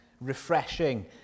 refreshing